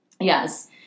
Yes